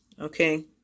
okay